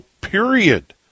period